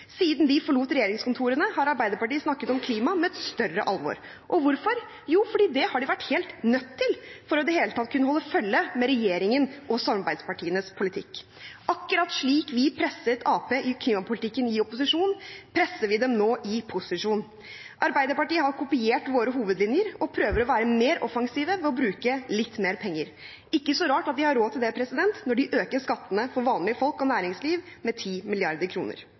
Siden de forlot regjeringskontorene, har Arbeiderpartiet snakket om klima med et større alvor. Hvorfor? Jo, fordi de har vært helt nødt til det for i det hele tatt å kunne holde følge med regjeringens og samarbeidspartienes politikk. Akkurat slik vi presset Arbeiderpartiet i klimapolitikken i opposisjon, presser vi dem nå i posisjon. Arbeiderpartiet har kopiert våre hovedlinjer og prøver å være mer offensive ved å bruke litt mer penger. Det er ikke så rart at de har råd til det når de øker skattene for vanlige folk og næringsliv med